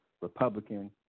Republican